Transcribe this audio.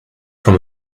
from